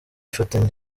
ifitanye